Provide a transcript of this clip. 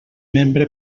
membre